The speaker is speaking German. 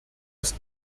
ist